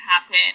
happen